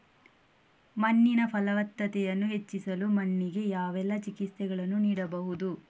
ಮಣ್ಣಿನ ಫಲವತ್ತತೆಯನ್ನು ಹೆಚ್ಚಿಸಲು ಮಣ್ಣಿಗೆ ಯಾವೆಲ್ಲಾ ಚಿಕಿತ್ಸೆಗಳನ್ನು ನೀಡಬಹುದು?